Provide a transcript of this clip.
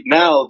now